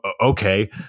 okay